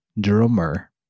Drummer